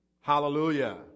hallelujah